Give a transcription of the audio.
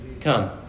Come